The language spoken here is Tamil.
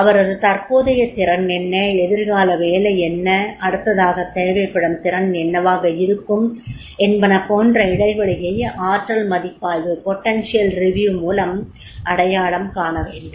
அவரது தற்போதைய திறன் என்ன எதிர்கால வேலை என்ன அடுத்ததாகத் தேவைப்படும் திறன் என்னவாக இருக்கும் என்பன போன்ற இடைவெளியை ஆற்றல் மதிப்பாய்வு மூலம் அடையாளம் காண வேண்டும்